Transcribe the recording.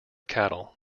cattle